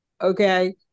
okay